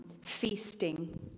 feasting